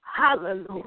Hallelujah